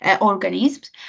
organisms